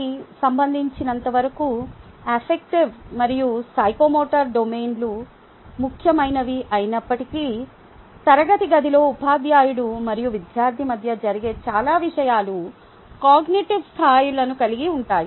తరగతి గదికి సంబంధించినంతవరకు ఎఫెక్టివ్ మరియు సైకోమోటర్ డొమైన్లు ముఖ్యమైనవి అయినప్పటికీ తరగతి గదిలో ఉపాధ్యాయుడు మరియు విద్యార్థి మధ్య జరిగే చాలా విషయాలు కాగ్నిటివ్ స్థాయిలను కలిగి ఉంటాయి